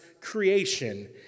creation